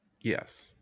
Yes